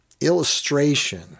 illustration